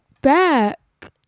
back